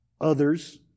others